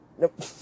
Nope